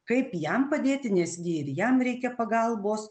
kaip jam padėti nesgi ir jam reikia pagalbos